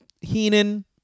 heenan